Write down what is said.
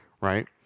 right